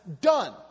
done